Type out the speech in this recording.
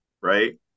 right